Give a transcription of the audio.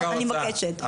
אני מבקשת.